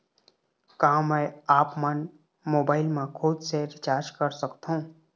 का मैं आपमन मोबाइल मा खुद से रिचार्ज कर सकथों?